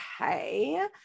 okay